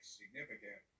significant